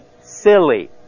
silly